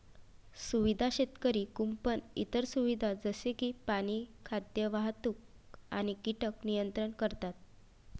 सुविधा शेतकरी कुंपण इतर सुविधा जसे की पाणी, खाद्य, वाहतूक आणि कीटक नियंत्रण करतात